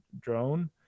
drone